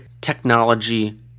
technology